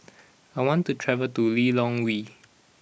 I want to travel to Lilongwe